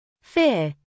Fear